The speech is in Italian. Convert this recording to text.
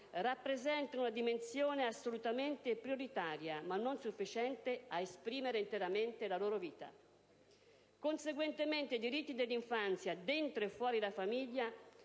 rappresentano una dimensione assolutamente prioritaria, ma non sufficiente, a esprimere interamente la loro vita. Conseguentemente i diritti dell'infanzia, dentro e fuori la famiglia,